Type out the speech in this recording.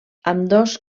ambdós